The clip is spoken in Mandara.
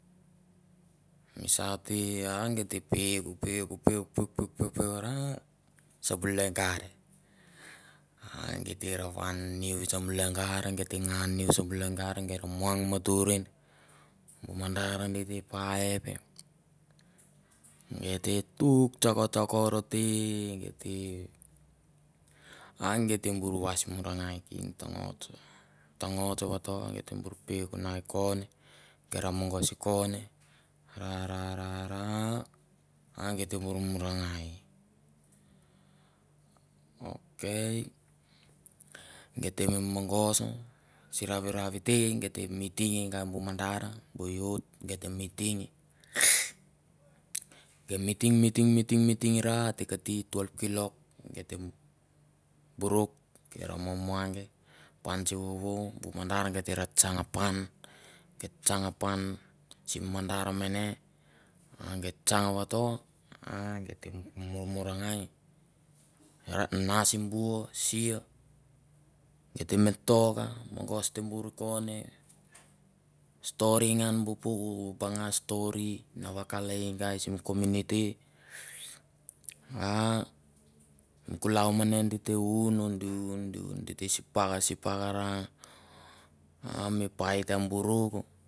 Misa te a gi te peuk puek peuk peuk peuk ra sembulengar a gei te ra van niu i sembulengar gei te ngaa niu i sembulengar gei ra muang matur en. bu mandar di te paipe. gei te tup tsoko tsokor te. gei te ang gei te bor vais morangai ken tongots. tongots vato gei te bor peukk na i koin gei te ra mogos i kone ra ra ra ra a gei te bor morangai. Ok geit te me mongos siravirau te gei te miting e gai bu mandar bu youth gei te miting gei miting miting miting miting ra a te kati twelve kilok gei te buruk gei te ra mamuange. pan sivovo bu manndar gei te ra tsang pan. tsang pan sim mandar mene. a gei tsang vato a gei te momorangai. nasi bua sia geit te me toka. mogos te bur i kone. stori ngan bu ppuk banga stori na vakale gai sim komuniti a mi kulau mane di te un di un di un di te sipak di te sipak ra a mi pait a buruk